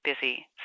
busy